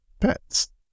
pets